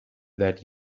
that